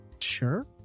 sure